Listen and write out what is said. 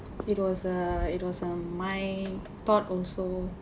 it was err it was on my thought also